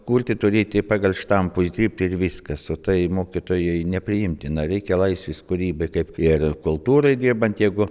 kurti turėti pagal štampus dirbt ir viskas o tai mokytojui nepriimtina reikia laisvės kūrybai kaip ir kultūroj dirbant jeigu